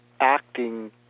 acting